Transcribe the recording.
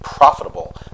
profitable